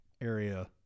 area